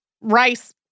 Rice